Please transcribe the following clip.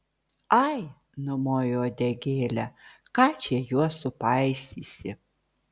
ai numoju uodegėle ką čia juos supaisysi